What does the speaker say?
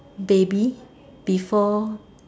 baby before